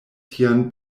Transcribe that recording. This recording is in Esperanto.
tian